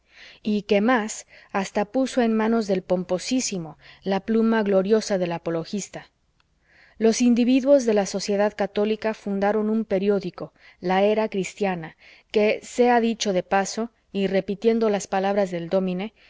y qué más hasta puso en manos del pomposísimo la pluma gloriosa del apologista los individuos de la sociedad católica fundaron un periódico la era cristiana que sea dicho de paso y repitiendo las palabras del dómine